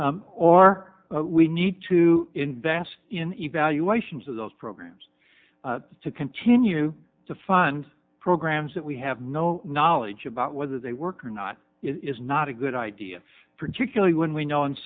programs or we need to invest in evaluations of those programs to continue to fund programs that we have no knowledge about whether they work or not is not a good idea particularly when we know in